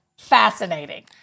fascinating